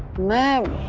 masked